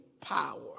power